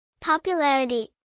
Popularity